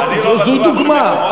זו דוגמה.